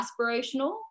aspirational